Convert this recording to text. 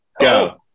go